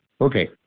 Okay